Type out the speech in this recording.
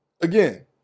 Again